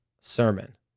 sermon